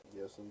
Yes